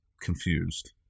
confused